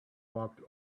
walked